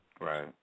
Right